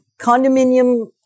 condominium